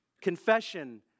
confession